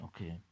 okay